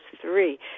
three